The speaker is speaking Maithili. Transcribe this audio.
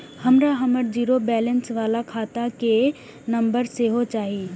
हमरा हमर जीरो बैलेंस बाला खाता के नम्बर सेहो चाही